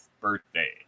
birthday